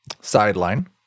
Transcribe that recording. sideline